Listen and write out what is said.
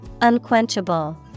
Unquenchable